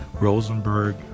Rosenberg